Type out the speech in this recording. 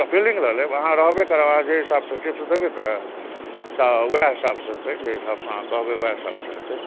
तऽ फील्डिन्ग लऽ लेब अहाँ रहबे करबै अहाँ जे हिसाबसे टिप्स देबै ने तऽ वएह हिसाबसे हेतै जाहि हिसाबसे अहाँ कहबै वएह हिसाबसे हेतै